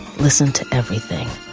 listen to everything.